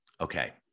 Okay